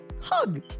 hug